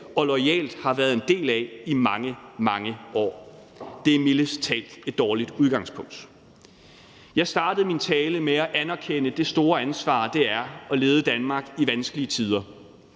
vi loyalt har været en del af i mange, mange år. Det er mildest talt et dårligt udgangspunkt. Jeg startede min tale med at anerkende det store ansvar, det er at lede Danmark i vanskelige tider.